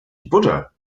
buddha